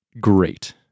Great